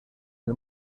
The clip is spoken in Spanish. del